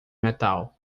metal